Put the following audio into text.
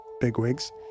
bigwigs